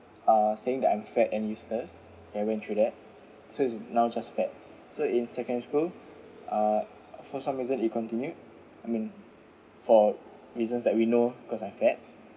uh saying that I'm fat and useless ya I went through that so is now just fat so in secondary school ah for some reason it continued I mean for reasons that we know because I fat